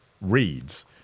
reads